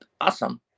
awesome